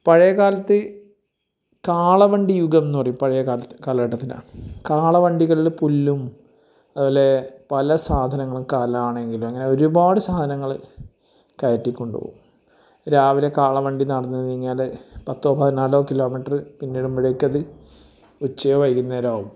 പഴയ കാലത്ത് കാളവണ്ടി യുഗം എന്ന് പറയും പഴയ കാലത്ത് കാലഘട്ടത്തിനെ കാളവണ്ടിയിൽ പുല്ലും അതേ പോലെ പല സാധനങ്ങളും കലാണെങ്കിൽ അങ്ങനെ ഒരുപാട് സാധനങ്ങൾ കയറ്റിക്കൊണ്ട് പോകും രാവിലെ കാളവണ്ടി നടന്നു നീങ്ങിയാൽ പത്തോ പതിനാലോ കിലോമീറ്ററ് പിന്നിടുമ്പോഴേക്കത് ഉച്ചയോ വൈകുന്നേരമോ ആകും